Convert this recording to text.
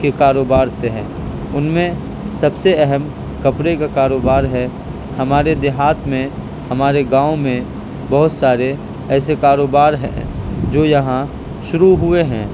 کے کاروبار سے ہے ان میں سب سے اہم کپڑے کا کاروبار ہے ہمارے دیہات میں ہمارے گاؤں میں بہت سارے ایسے کاروبار ہیں جو یہاں شروع ہوئے ہیں